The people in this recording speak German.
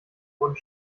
wurden